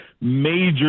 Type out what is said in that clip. major